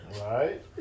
right